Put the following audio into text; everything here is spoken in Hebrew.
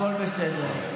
הכול בסדר.